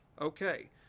Okay